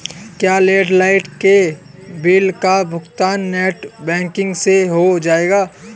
क्या लैंडलाइन के बिल का भुगतान नेट बैंकिंग से हो जाएगा?